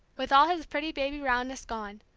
with all his pretty baby roundness gone,